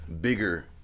bigger